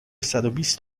صدوبیست